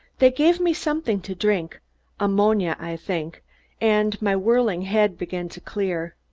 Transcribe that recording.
they gave me something to drink ammonia, i think and my whirling head began to clear.